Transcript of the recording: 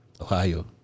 Ohio